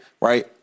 right